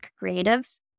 creatives